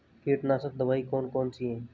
कीटनाशक दवाई कौन कौन सी हैं?